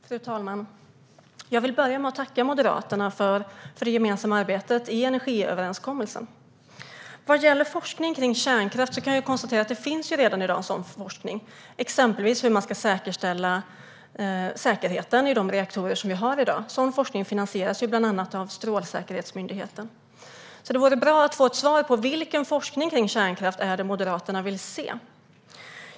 Fru talman! Jag vill börja med att tacka Moderaterna för det gemensamma arbetet med energiöverenskommelsen. Forskning om kärnkraft finns redan, exempelvis om hur man ska säkerställa säkerheten i de reaktorer vi har i dag. Sådan forskning finansieras bland annat av Strålsäkerhetsmyndigheten. Det vore bra att få ett svar på vilken forskning om kärnkraft Moderaterna vill se.